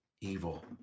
evil